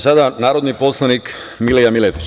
Sada narodni poslanik Milija Miletić.